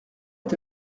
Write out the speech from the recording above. est